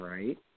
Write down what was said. Right